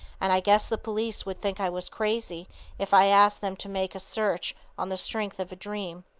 and i guess the police would think i was crazy if i asked them to make a search on the strength of a dream.